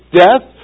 death